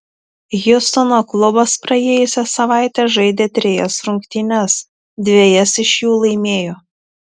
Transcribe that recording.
hjustono klubas praėjusią savaitę žaidė trejas rungtynes dvejas iš jų laimėjo